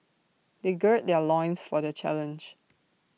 they gird their loins for the challenge